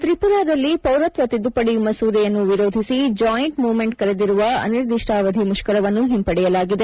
ತ್ರಿಪುರಾದಲ್ಲಿ ಪೌರತ್ನ ತಿದ್ದುಪದಿ ಮಸೂದೆಯನ್ನು ವಿರೋಧಸಿ ಜಾಯಿಂಟ್ ಮೂವ್ಮೆಂಟ್ ಕರೆದಿರುವ ಅನಿರ್ದಿಷ್ಟಾವಧಿ ಮುಷ್ಕರವನ್ನು ಹಿಂಪಡೆಯಲಾಗಿದೆ